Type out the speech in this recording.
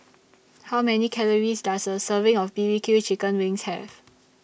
How Many Calories Does A Serving of B B Q Chicken Wings Have